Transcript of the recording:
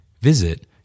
Visit